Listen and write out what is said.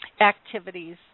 activities